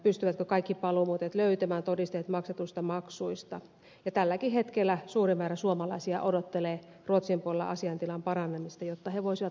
pystyvätkö kaikki paluumuuttajat löytämään todisteet maksetuista maksuista ja tälläkin hetkellä suuri määrä suomalaisia odottelee ruotsin puolella asiantilan paranemista jotta he voisivat palata suomeen